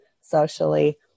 socially